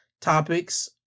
topics